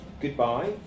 Goodbye